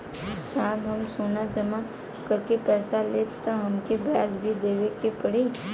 साहब हम सोना जमा करके पैसा लेब त हमके ब्याज भी देवे के पड़ी?